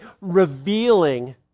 revealing